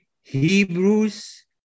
Hebrews